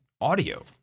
audio